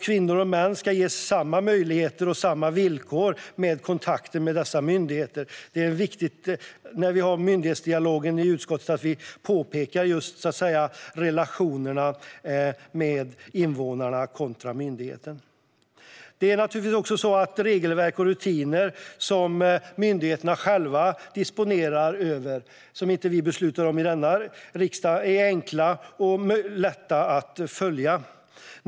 Kvinnor och män ska ges samma möjligheter och samma villkor vid kontakter med dessa myndigheter. När vi för myndighetsdialogen i utskottet är det viktigt att vi påpekar just vikten av relationerna mellan invånarna och myndigheten. De regelverk och rutiner som myndigheterna själva disponerar över och som vi inte beslutar om i denna riksdag ska vara enkla och lätta att följa.